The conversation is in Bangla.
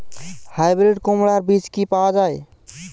হাইব্রিড কুমড়ার বীজ কি পাওয়া য়ায়?